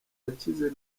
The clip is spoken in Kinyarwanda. yakize